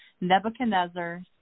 Nebuchadnezzar